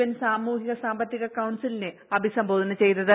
N സാമൂഹിക സാമ്പത്തിക കൌൺസിലിനെ അഭിസംബോധന ചെയ്തത്